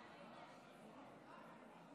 אני מבקשת הצבעה במועד אחר.